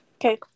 Okay